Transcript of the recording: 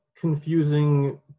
confusing